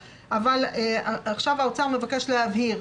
עכשיו האוצר מבקש להבהיר.